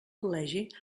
col·legi